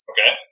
Okay